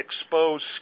exposed